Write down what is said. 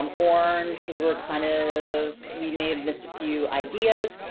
um orange and we're kind of, we may have missed a few ideas.